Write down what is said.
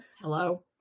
hello